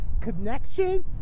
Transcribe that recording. connection